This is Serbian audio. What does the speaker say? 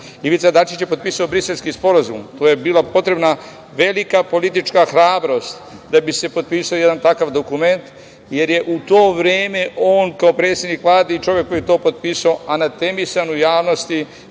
UN.Ivica Dačić je potpisao Briselski sporazum. Tu je bila potrebna velika politička hrabrost da bi se potpisao jedan takav dokument, jer je u to vreme on, kao predsednik Vlade i čovek koji je to potpisao, anatemisan u javnosti